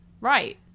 right